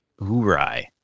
Urai